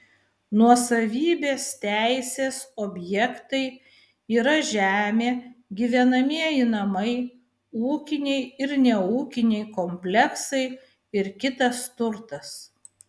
nuosavybės teisės objektai yra žemė gyvenamieji namai ūkiniai ir neūkiniai kompleksai ir kitas turtas